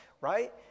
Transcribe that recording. right